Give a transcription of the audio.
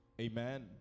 Amen